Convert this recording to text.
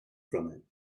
from